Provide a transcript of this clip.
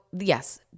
Yes